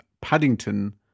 Paddington